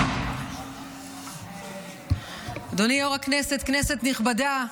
הישיבה, כנסת נכבדה,